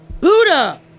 Buddha